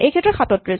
এইক্ষেত্ৰত ৩৭